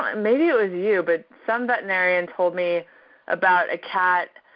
um maybe it was you, but some veterinarian told me about a cat,